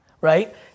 right